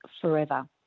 forever